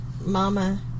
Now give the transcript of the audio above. Mama